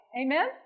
Amen